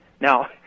Now